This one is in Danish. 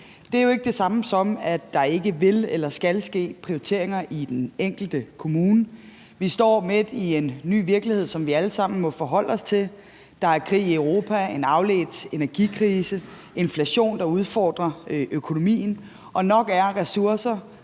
Det er jo ikke det samme, som at der ikke vil eller skal ske prioriteringer i den enkelte kommune. Vi står midt i en ny virkelighed, som vi alle sammen må forholde os til. Der er krig i Europa, en afledt energikrise, en inflation, der udfordrer økonomien, og nok er ressourcer